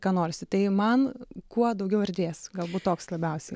ką norisi tai man kuo daugiau erdvės galbūt toks labiausiai